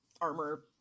armor